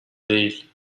değil